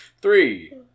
Three